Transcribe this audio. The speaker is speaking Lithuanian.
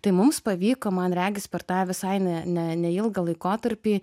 tai mums pavyko man regis per tą visai ne ne neilgą laikotarpį